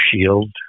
shield